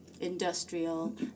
Industrial